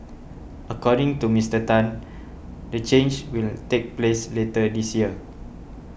according to Mister Tan the change will take place later this year